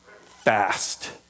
fast